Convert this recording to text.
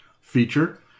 feature